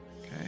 Okay